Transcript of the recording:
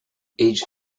each